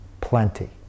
plenty